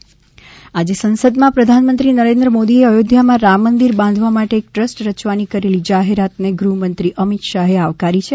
અયોધ્યા અમિત શાહ આજે સંસદમાં પ્રધાનમંત્રી નરેન્દ્ર મોદીએ અયોધ્યામાં રામમંદિર બાંધવા માટે એક ટ્રસ્ટ રચવાની કરેલી જાહેરાતને ગૃહમંત્રી અમિત શાહે આવકારી છે